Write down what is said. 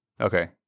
Okay